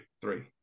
three